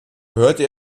gehörte